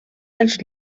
dels